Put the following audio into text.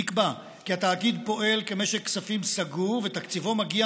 נקבע כי התאגיד פועל כמשק כספים סגור ותקציבו מגיע